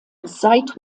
seit